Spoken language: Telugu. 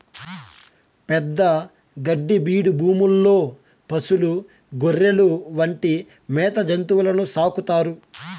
పెద్ద గడ్డి బీడు భూముల్లో పసులు, గొర్రెలు వంటి మేత జంతువులను సాకుతారు